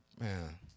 Man